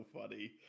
funny